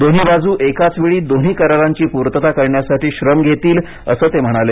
दोन्ही बाजू एकाचवेळी दोन्ही करारांची पूर्तता करण्यासाठी श्रम घेतील असं ते म्हणाले